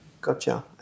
Gotcha